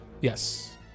Yes